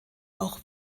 auch